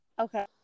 Okay